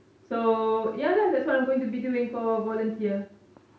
so ya lah that's what I'm going to be doing for volunteer